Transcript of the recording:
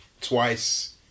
twice